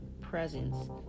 presence